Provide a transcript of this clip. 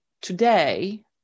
today